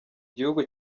gihugu